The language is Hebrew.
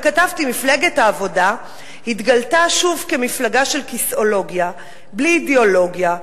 וכתבתי: מפלגת העבודה התגלתה שוב כמפלגה של כיסאולוגיה בלי אידיאולוגיה.